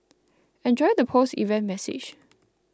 enjoy the post event massage